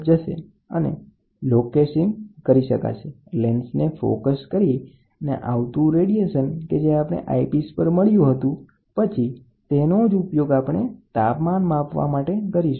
પદાર્થ પર લેન્સને કેન્દ્રિત કરીને આવતું રેડિયેશન કે જે આપણને આઇપીસ પર મળ્યું અને પછી તાપમાન વિચલન માપવાનો પ્રયત્ન કરીશું